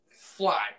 fly